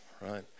right